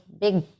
big